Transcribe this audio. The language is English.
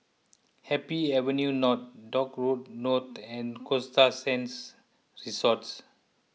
Happy Avenue North Dock Road North and Costa Sands Resort